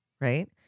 right